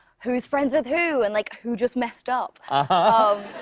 who is friends with who, and, like, who just messed up? ah